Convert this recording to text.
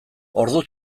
ordu